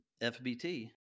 FBT